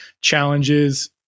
challenges